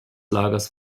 lagers